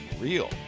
real